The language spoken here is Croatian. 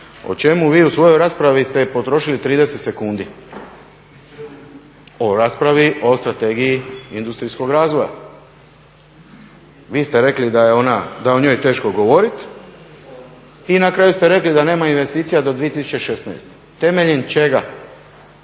o čemu vi u svojoj raspravi ste potrošili 30 sekundi. O raspravi o strategiji industrijskog razvoja. Vi ste rekli da je o njoj teško govoriti i na kraju ste rekli da nema investicija do 2016. Temeljem čega?